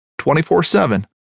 24-7